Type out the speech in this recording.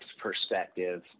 perspective